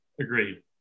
Agreed